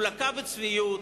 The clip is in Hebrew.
הוא לקה בצביעות,